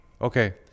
Okay